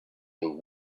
and